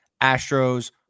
Astros